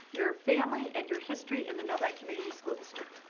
your family and your history in the novi community school district.